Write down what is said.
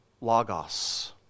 logos